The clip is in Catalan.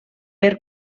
per